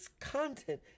content